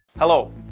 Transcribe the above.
Hello